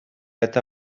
eta